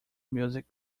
music